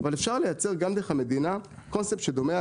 אבל אפשר לייצר גם דרך המדינה קונספט שדומה,